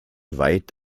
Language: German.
weit